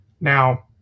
Now